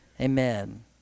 Amen